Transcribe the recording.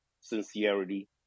sincerity